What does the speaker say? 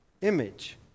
image